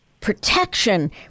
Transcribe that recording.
protection